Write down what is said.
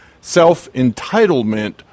self-entitlement